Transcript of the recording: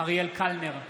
אריאל קלנר,